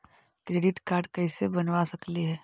Credit card कैसे बनबा सकली हे?